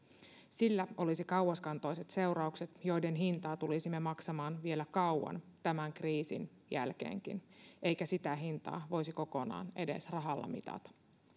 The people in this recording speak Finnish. sillä olisi kauaskantoiset seuraukset joiden hintaa tulisimme maksamaan vielä kauan tämän kriisin jälkeenkin eikä sitä hintaa voisi kokonaan edes rahalla mitata